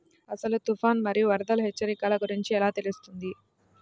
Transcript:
అసలు తుఫాను మరియు వరదల హెచ్చరికల గురించి ఎలా తెలుస్తుంది?